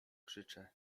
krzyczę